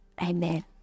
amen